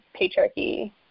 patriarchy